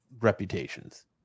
reputations